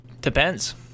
Depends